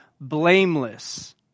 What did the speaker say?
blameless